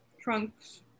trunks